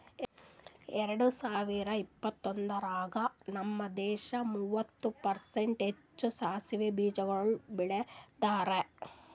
ಎರಡ ಸಾವಿರ ಇಪ್ಪತ್ತೊಂದರಾಗ್ ನಮ್ ದೇಶ ಮೂವತ್ತು ಪರ್ಸೆಂಟ್ ಹೆಚ್ಚು ಸಾಸವೆ ಬೀಜಗೊಳ್ ಬೆಳದಾರ್